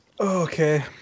Okay